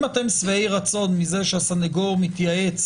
אם אתם שבעי רצון מזה שהסנגור מתייעץ